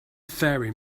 faring